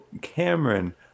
Cameron